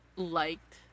liked